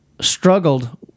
struggled